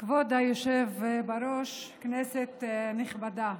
כבוד היושב בראש, כנסת נכבדה,